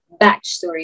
backstory